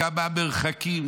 כמה המרחקים,